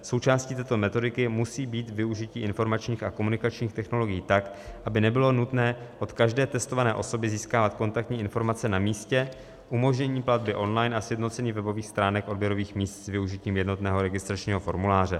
součástí této metodiky musí být využití informačních a komunikačních technologií tak, aby nebylo nutné od každé testované osoby získávat kontaktní informace na místě, umožnění platby online a sjednocení webových stránek odběrových míst s využitím jednotného registračního formuláře;